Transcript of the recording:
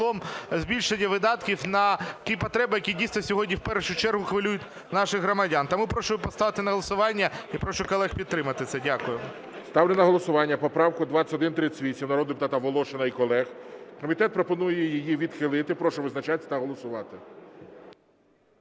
збільшення видатків на ті потреби, які дійсно сьогодні в першу чергу хвилюють наших громадян. Тому прошу поставити на голосування, я прошу колег підтримати це. Дякую. ГОЛОВУЮЧИЙ. Ставлю на голосування поправку 2138 народного депутата Волошина і колег. Комітет пропонує її відхилити. Прошу визначатися та голосувати.